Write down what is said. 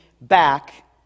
back